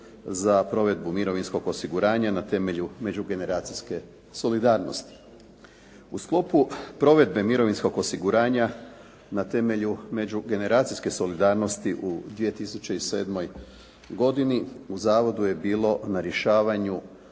za provedbu mirovinskog osiguranja na temelju međugeneracijske solidarnosti. U sklopu provedbe mirovinskog osiguranja na temelju međugeneracijske solidarnosti u 2007. godini u zavodu je bilo na rješavanju,